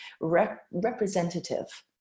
representative